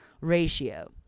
ratio